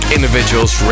Individuals